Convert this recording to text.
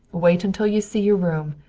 wait until you see your room.